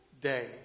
day